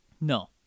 No